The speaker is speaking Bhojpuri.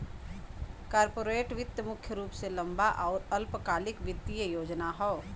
कॉर्पोरेट वित्त मुख्य रूप से लंबा आउर अल्पकालिक वित्तीय योजना हौ